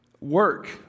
Work